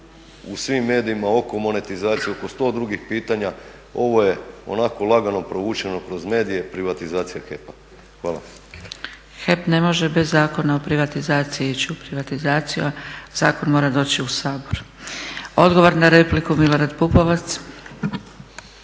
u svim medijima oko monetizacije oko 100 drugih pitanja ovo je onako lagano provučeno kroz medije privatizacija HEP-a. Hvala. **Zgrebec, Dragica (SDP)** HEP ne može bez Zakona o privatizaciji ići u privatizaciju a zakon mora doći u Sabor. Odgovor na repliku Milorad Pupovac.